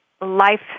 life